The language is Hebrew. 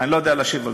שאלה נוספת.